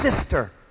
sister